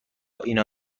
اینا